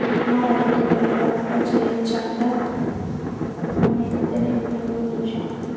ఉప్మారవ్వతో పులిహోర కూడా చెయ్యొచ్చంట మొన్నీమద్దెనే వీడియోలో జూశా